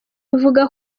buvuga